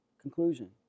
conclusion